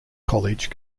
college